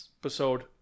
episode